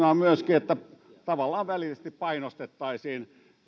että tavallaan välillisesti painostettaisiin